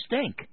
stink